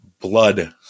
blood